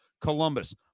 Columbus